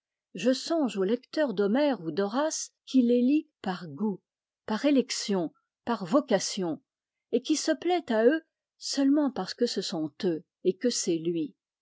je songe au lecteur d'homère ou d'horace qui les lit par goût par élection par vocation et qui se plaît à eux seulement parce que ce sont eux et que c'est lui